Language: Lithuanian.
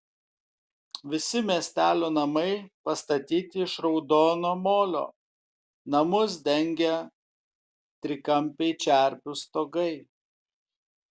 visi miestelio namai pastatyti iš raudono molio namus dengia trikampiai čerpių stogai